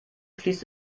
fließt